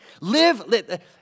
Live